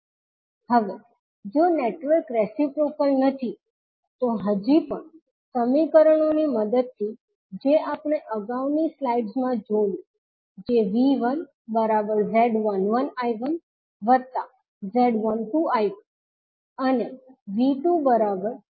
હવે જો network reciprocal નથી તો હજી પણ સમીકરણોની મદદથી જે આપણે અગાઉની સ્લાઇડ્સમાં જોયું જે V1Z11I1Z12I2 અને V2Z21I1Z22I2 છે